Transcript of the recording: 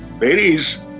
Ladies